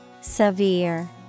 Severe